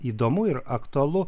įdomu ir aktualu